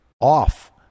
off